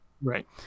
Right